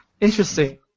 Interesting